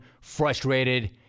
frustrated